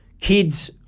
kids